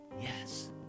yes